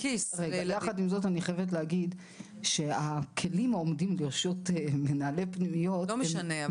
אני חייבת להגיד שהכלים שעומדים לרשות מנהלי פנימיות --- לא משנה,